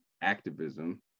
activism